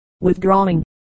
withdrawing